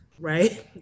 right